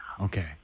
Okay